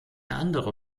andere